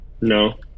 No